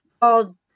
called